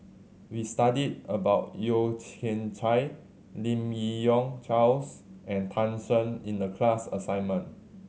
we studied about Yeo Kian Chai Lim Yi Yong Charles and Tan Shen in the class assignment